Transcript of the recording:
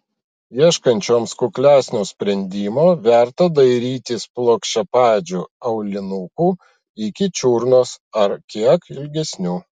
ieškančioms kuklesnio sprendimo verta dairytis plokščiapadžių aulinukų iki čiurnos ar kiek ilgesnių